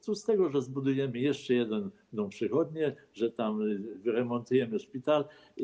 Co z tego, że zbudujemy jeszcze jedną przychodnię, że wyremontujemy szpital.